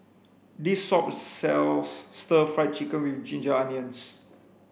this shop sells stir fry chicken with ginger onions